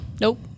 Nope